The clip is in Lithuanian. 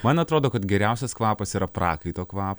man atrodo kad geriausias kvapas yra prakaito kvap